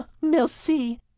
Merci